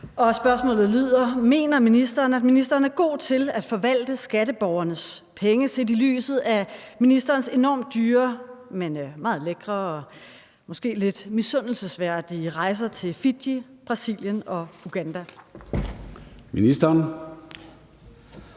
Tak for det. Mener ministeren, at ministeren er god til at forvalte skatteborgernes penge set i lyset af ministerens enormt dyre, men meget lækre og måske lidt misundelsesværdige rejser til Fiji, Brasilien og Uganda? Kl.